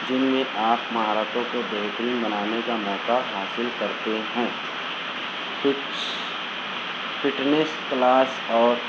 جن میں آپ مہارتوں کو بہترین بنانے کا موقع حاصل کرتے ہیں فٹس فٹنس کلاس اور